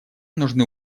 нужны